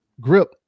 grip